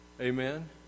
Amen